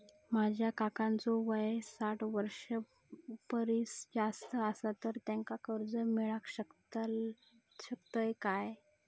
माझ्या काकांचो वय साठ वर्षां परिस जास्त आसा तर त्यांका कर्जा मेळाक शकतय काय?